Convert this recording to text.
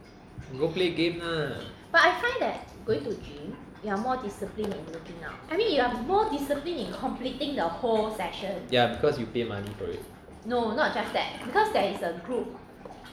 you go play game lah ya because you pay money for it